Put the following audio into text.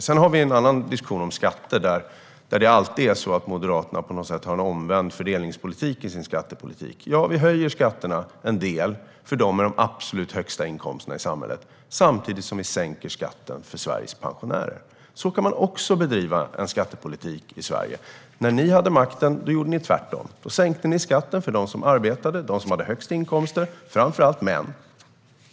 Sedan har vi en annan diskussion om skatter, där Moderaterna alltid på något sätt har en omvänd fördelningspolitik i sin skattepolitik. Ja, vi höjer skatterna en del för dem med de absolut högsta inkomsterna i samhället, samtidigt som vi sänker skatten för Sveriges pensionärer. Så kan man också bedriva en skattepolitik i Sverige. När ni hade makten gjorde ni tvärtom. Ni sänkte skatten för dem som arbetade och hade högst inkomster, framför allt män.